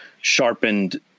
sharpened